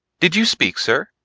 did you speak sir?